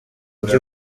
ujye